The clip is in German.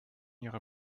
ihre